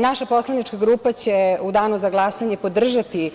Naša poslanička grupa će u danu za glasanje podržati